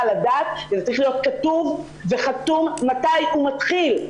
לדעת וזה צריך להיות כתוב וחתום מתי הוא מתחיל.